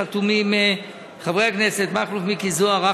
חתומים חברי הכנסת מכלוף מיקי זוהר,